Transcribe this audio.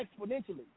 exponentially